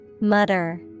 Mutter